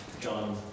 John